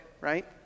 right